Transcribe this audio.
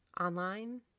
online